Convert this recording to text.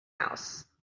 house